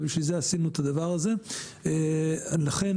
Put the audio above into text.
לכן,